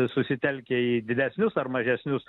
susitelkia į didesnius ar mažesnius